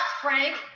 Frank